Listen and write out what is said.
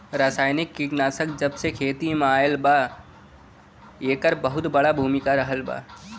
रासायनिक कीटनाशक जबसे खेती में आईल बा येकर बहुत बड़ा भूमिका रहलबा